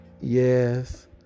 yes